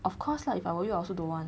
of course lah if I were you also don't want